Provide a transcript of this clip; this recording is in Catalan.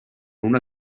una